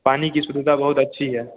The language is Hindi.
पानी की शुद्धता बहुत अच्छी है